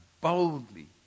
boldly